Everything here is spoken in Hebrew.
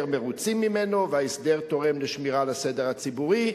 מרוצים ממנו וההסדר תורם לשמירה על הסדר הציבורי,